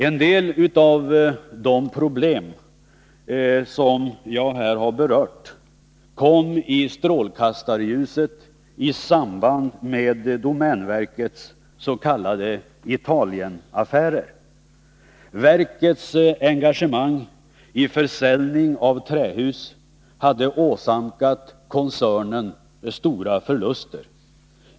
En del av de problem som jag här har berört kom i strålkastarljuset i samband med domänverkets s.k. Italienaffärer. Verkets engagemang i försäljning av trähus hade åsamkat koncernen stora förluster.